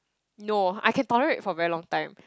no I can tolerate for very long time